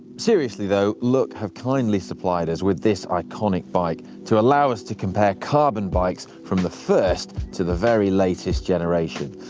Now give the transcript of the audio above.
seriously though, look have kindly supplied us with this iconic bike, to allow us to compare carbon bikes from the first to the very latest generation.